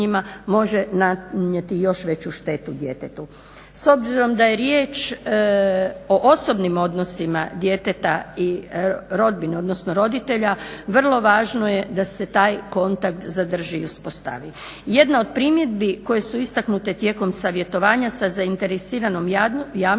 može nanijeti još veću štetu djetetu. S obzirom da je riječ o osobnim odnosima djeteta i rodbine odnosno roditelja, vrlo važno je da se taj kontakt zadrži i uspostavi. Jedna od primjedbi koje su istaknute tijekom savjetovanja sa zainteresiranom javnošću,